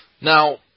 Now